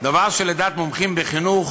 דבר שלדעת מומחים בחינוך